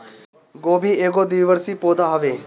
गोभी एगो द्विवर्षी पौधा हवे